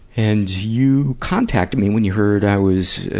and you contacted me when you heard i was, ah,